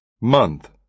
month